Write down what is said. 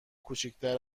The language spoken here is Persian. کوچیکتر